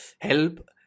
help